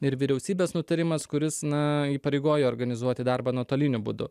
ir vyriausybės nutarimas kuris na įpareigojo organizuoti darbą nuotoliniu būdu